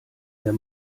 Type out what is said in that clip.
der